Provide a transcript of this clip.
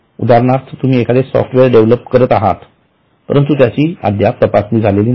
उदाहरणार्थ तुम्ही एखादे सॉफ्टवेअर डेव्हलप करत आहेत परंतु अद्याप त्याची तपासणी झालेली नाही